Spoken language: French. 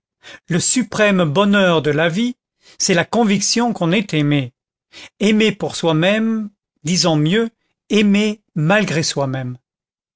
le suprême bonheur de la vie c'est la conviction qu'on est aimé aimé pour soi-même disons mieux aimé malgré soi-même